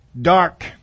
Dark